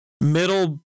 middle